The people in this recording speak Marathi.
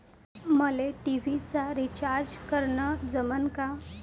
मले टी.व्ही चा रिचार्ज करन जमन का?